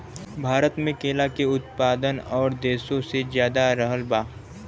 भारत मे केला के उत्पादन और देशो से ज्यादा रहल बा